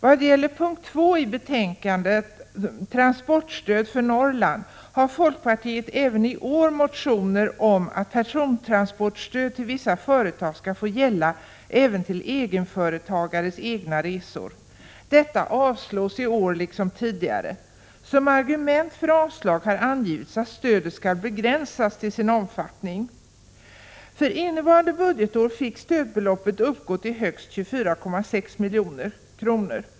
Vad gäller punkt 2 i betänkandet, transportstödet för Norrland m.m., har folkpartiet även i år motioner om att persontransportstöd till vissa företag skall få gälla även för egenföretagares egna resor. Detta förslag avstyrks i år liksom tidigare. Som argument för yrkandet om avslag har angivits att stödet skall begränsas till sin omfattning. För innevarande budgetår fick stödbeloppet uppgå till högst 24,6 milj.kr.